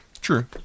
True